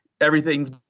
everything's